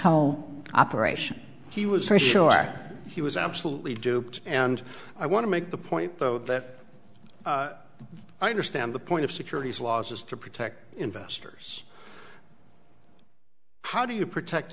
whole operation he was sure he was absolutely duped and i want to make the point though that i understand the point of securities laws is to protect investors how do you protect